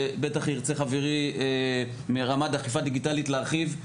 ובטח ירצה חברי מרמ"ד אכיפה דיגיטלית להרחיב,